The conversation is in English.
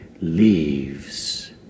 leaves